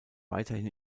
weiterhin